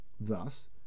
Thus